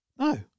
No